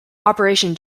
operation